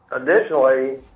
additionally